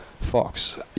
Fox